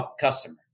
customer